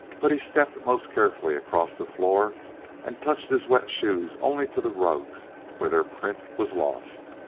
but he stepped most carefully across the floor and touched his wet shoes only to the rugs where their print was lost.